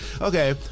Okay